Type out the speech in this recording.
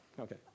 Okay